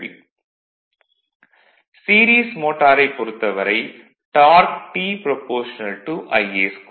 vlcsnap 2018 11 05 10h09m14s98 series மோட்டாரைப் பொறுத்தவரை torque T α Ia2